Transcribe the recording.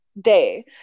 day